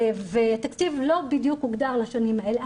התקציב לא בדיוק הוגדר לשנים האלה.